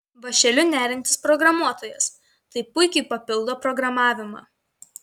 vąšeliu neriantis programuotojas tai puikiai papildo programavimą